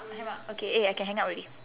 hang up okay eh I can hang up already